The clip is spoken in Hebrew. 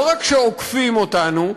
לא רק שעוקפים אותנו,